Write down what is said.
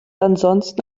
ansonsten